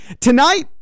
tonight